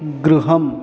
गृहम्